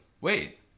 wait